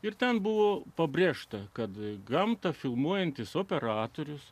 ir ten buvo pabrėžta kad gamtą filmuojantis operatorius